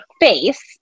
face